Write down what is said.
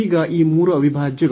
ಈಗ ಈ ಮೂರು ಅವಿಭಾಜ್ಯಗಳು